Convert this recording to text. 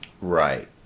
right